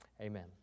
Amen